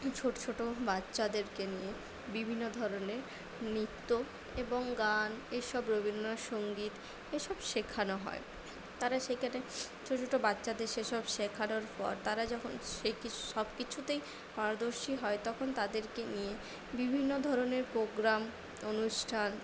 ছোটো ছোটো বাচ্চাদেরকে নিয়ে বিভিন্ন ধরনের নৃত্য এবং গান এসব রবীন্দ্রনাথ সঙ্গীত এসব শেখানো হয় তারা সেখানে ছোটো ছোটো বাচ্চাদের সেসব শেখানোর পর তারা যখন সব কিছুতেই পারদর্শী হয় তখন তাদেরকে নিয়ে বিভিন্ন ধরনের প্রোগ্রাম অনুষ্ঠান